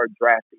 drafting